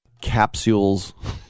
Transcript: Capsules